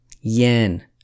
Yen